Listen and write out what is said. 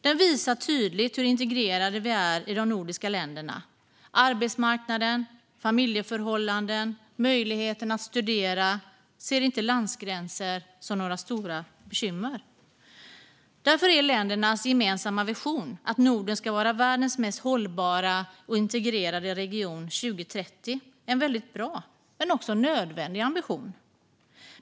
Den visar tydligt hur integrerade vi är i de nordiska länderna. För arbetsmarknaden, familjeförhållanden, möjligheten att studera är landsgränser inte några stora bekymmer. Därför är ländernas gemensamma vision, att Norden ska vara världens mest hållbara och integrerade region 2030, en väldigt bra men också nödvändig ambition.